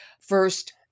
first